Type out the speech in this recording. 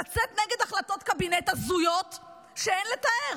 לצאת נגד החלטות קבינט הזויות שאין לתאר.